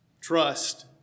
trust